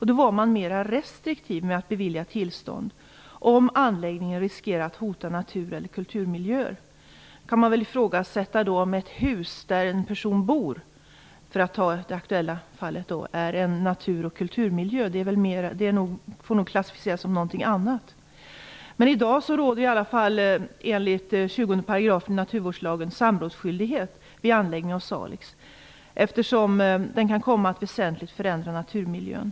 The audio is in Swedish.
Man var då mer restriktiv med att bevilja tillstånd, om anläggningen riskerade att hota natur eller kulturmiljöer. Man kan väl ifrågasätta om ett hus där en person bor, för att ta det aktuella fallet, är en natur och kulturmiljö. Det måste nog klassificeras som någonting annat. I dag råder i alla fall enligt 20 § Naturvårdslagen samrådsskyldighet vid anläggning av salix, eftersom denna kan komma att väsentligt förändra naturmiljön.